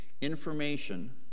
information